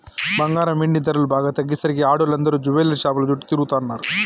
బంగారం, వెండి ధరలు బాగా తగ్గేసరికి ఆడోళ్ళందరూ జువెల్లరీ షాపుల చుట్టూ తిరుగుతున్నరు